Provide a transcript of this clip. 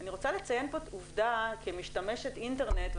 אני רוצה לציין כאן עובדה כמשתמשת אינטרנט,